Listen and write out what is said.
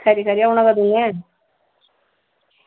खरी खरी औना कदूं ऐं